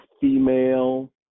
female